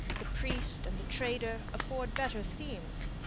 the priest and the trader afford better themes.